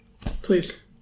please